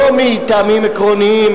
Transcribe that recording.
לא מטעמים עקרוניים,